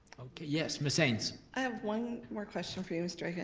okay yes, ms. haynes. um one more question for you mr. akin.